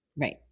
right